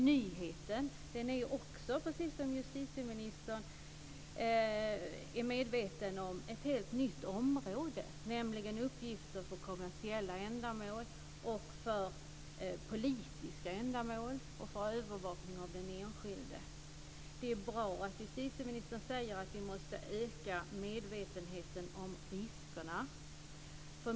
Nyheten är, precis som justitieministern också är medveten om, ett helt nytt område, nämligen uppgifter för kommersiella ändamål, för politiska ändamål och för övervakning av den enskilde. Det är bra att justitieministern säger att vi måste öka medvetenheten om riskerna.